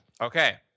Okay